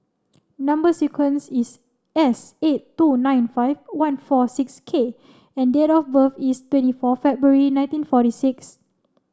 number sequence is S eight two nine five one four six K and date of birth is twenty four February nineteen forty six